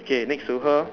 okay next to her